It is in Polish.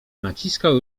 naciskał